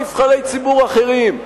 נבחרי ציבור אחרים.